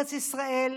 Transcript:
בארץ ישראל